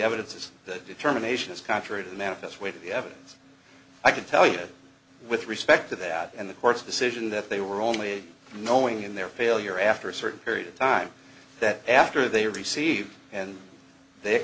evidence is that determination is contrary to the manifest weight of the evidence i can tell you that with respect to that and the court's decision that they were only knowing in their failure after a certain period of time that after they receive and they